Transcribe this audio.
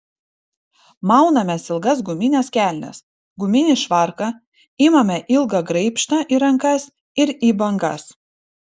maunamės ilgas gumines kelnes guminį švarką imame ilgą graibštą į rankas ir į bangas